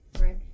Right